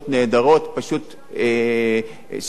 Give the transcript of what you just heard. שצריך פשוט לבוא ולעזור להם לארוז.